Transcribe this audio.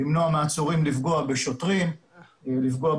לא ידעתי בכלל שהוא הגיש את זה,